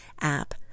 app